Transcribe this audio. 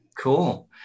Cool